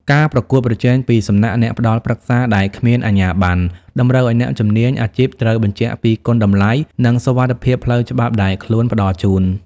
ការប្រកួតប្រជែងពីសំណាក់អ្នកផ្ដល់ប្រឹក្សាដែលគ្មានអាជ្ញាប័ណ្ណ តម្រូវឱ្យអ្នកជំនាញអាជីពត្រូវបញ្ជាក់ពីគុណតម្លៃ និងសុវត្ថិភាពផ្លូវច្បាប់ដែលខ្លួនផ្ដល់ជូន។